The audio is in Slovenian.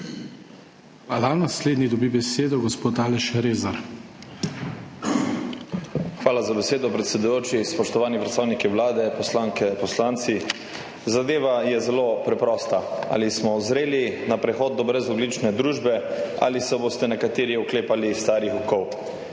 Hvala. Naslednji dobi besedo gospod Aleš Rezar. **ALEŠ REZAR (PS Svoboda):** Hvala za besedo, predsedujoči. Spoštovani predstavniki Vlade, poslanke, poslanci! Zadeva je zelo preprosta, ali smo zreli za prehod na brezogljično družbo ali se boste nekateri oklepali starih okov.